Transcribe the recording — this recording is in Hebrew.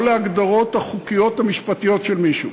לא להגדרות החוקיות המשפטיות של מישהו.